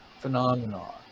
phenomenon